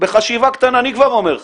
בחשיבה קטנה אני כבר אומר לך,